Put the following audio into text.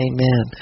Amen